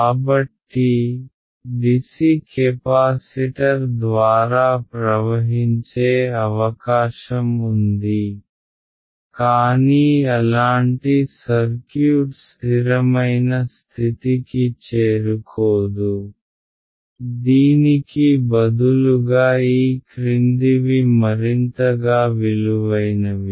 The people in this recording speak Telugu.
కాబట్టి డిసి కెపాసిటర్ ద్వారా ప్రవహించే అవకాశం ఉంది కానీ అలాంటి సర్క్యూట్ స్ధిరమైన స్థితికి చేరుకోదు దీనికి బదులుగా ఈ క్రిందివి మరింతగా విలువైనవి